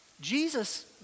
Jesus